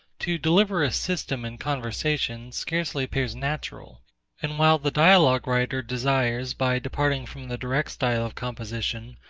to deliver a system in conversation, scarcely appears natural and while the dialogue-writer desires, by departing from the direct style of composition,